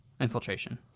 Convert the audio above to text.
Infiltration